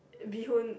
bee hoon